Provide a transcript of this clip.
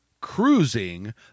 cruising